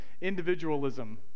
individualism